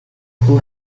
who